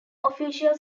official